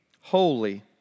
holy